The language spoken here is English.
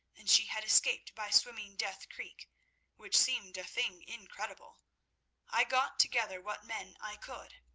and she had escaped by swimming death creek which seemed a thing incredible i got together what men i could.